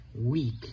weak